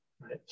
right